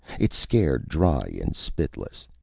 it's scared dry and spitless.